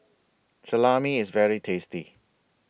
Salami IS very tasty